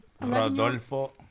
Rodolfo